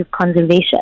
conservation